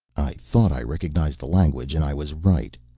i thought i recognized the language, and i was right.